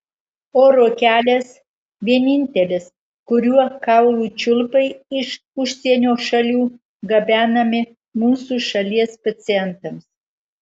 oro kelias vienintelis kuriuo kaulų čiulpai iš užsienio šalių gabenami mūsų šalies pacientams